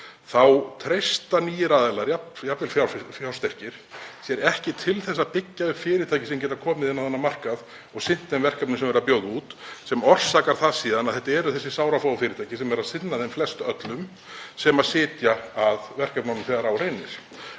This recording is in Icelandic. þá treysta nýir aðilar, jafnvel fjársterkir, sér ekki til að byggja upp fyrirtæki sem geta komið inn á þennan markað og sinnt þeim verkefnum sem verið er að bjóða út, sem orsakar það síðan að það eru sárafá fyrirtæki sem sinna þeim flestöllum, sem sitja að verkefnunum þegar á reynir.